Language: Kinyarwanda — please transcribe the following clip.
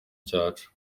cyacu